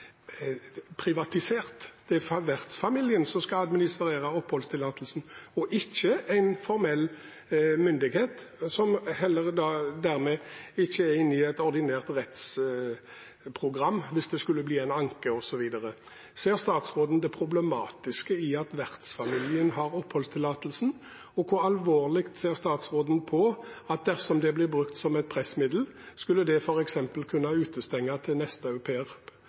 privatisert; det er vertsfamilien som skal administrere oppholdstillatelsen og ikke en formell myndighet, og dermed er det heller ikke inne i et ordinært rettsprogram hvis det skulle bli en anke osv. Ser statsråden det problematiske i at vertsfamilien har oppholdstillatelsen, og hvor alvorlig ser statsråden på at denne blir brukt som et pressmiddel? Skulle det f.eks. kunne utestenge til